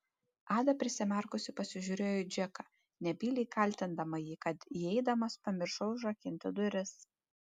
ada prisimerkusi pasižiūrėjo į džeką nebyliai kaltindama jį kad įeidamas pamiršo užrakinti duris